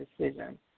decision